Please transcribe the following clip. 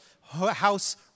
house